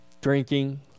drinking